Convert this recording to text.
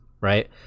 right